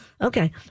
Okay